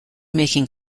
making